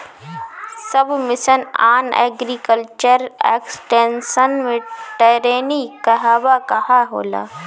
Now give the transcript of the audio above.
सब mission on agriculture extension मै टेरेनीं कहवा कहा होला?